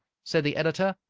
said the editor,